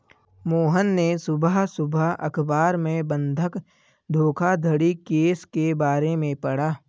मोहन ने सुबह सुबह अखबार में बंधक धोखाधड़ी केस के बारे में पढ़ा